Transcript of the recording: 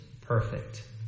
perfect